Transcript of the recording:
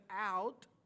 out